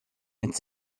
and